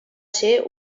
ser